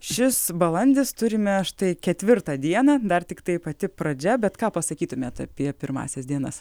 šis balandis turime štai ketvirtą dieną dar tiktai pati pradžia bet ką pasakytumėt apie pirmąsias dienas